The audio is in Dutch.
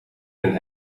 een